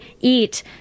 eat